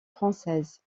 française